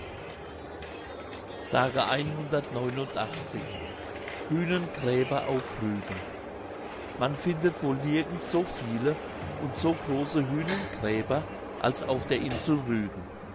hühnengräber auf rügen man findet wohl nirgends so viele und so große hühnengräber als auf der insel rügen